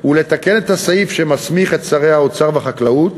הוא לתקן את הסעיף שמסמיך את שרי האוצר והחקלאות